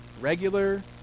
regular